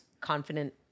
confident